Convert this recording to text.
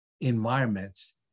environments